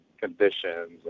conditions